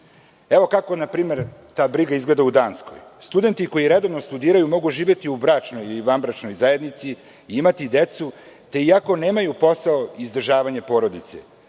kako, na primer, ta briga izgleda u Danskoj. Studenti koji redovno studiraju mogu živeti u bračnoj ili vanbračnoj zajednici i imati decu, te iako nemaju posao. Izdržavanje porodice